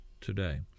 today